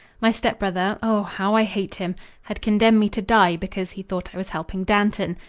my step-brother oh, how i hate him had condemned me to die because he thought i was helping dantan.